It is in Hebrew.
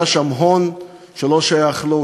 היה שם הון שלא שייך לו,